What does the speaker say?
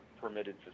permitted